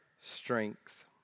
strength